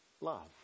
love